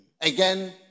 Again